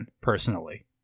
personally